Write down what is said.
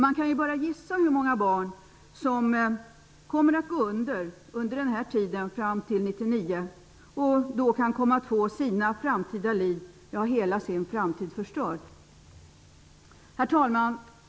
Man kan bara gissa hur många barn som under tiden fram till 1999 kommer att gå under och få sina framtida liv förstörda. Herr talman!